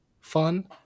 fun